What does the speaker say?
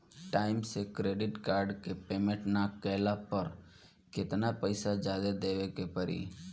Time से credit card के payment ना कैला पर केतना पईसा जादे देवे के पड़ी?